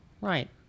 right